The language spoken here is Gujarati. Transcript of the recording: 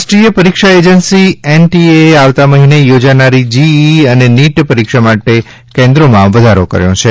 રાષ્ટ્રીય પરીક્ષા એજન્સી એનટીએએ આવતા મહીને યોજાનારી જીઇઇ અને નીટ પરીક્ષા માટે કેન્દ્રોમાં વધારો કર્યો છે